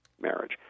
marriage